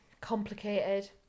Complicated